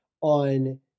on